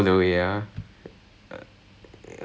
physics all the uh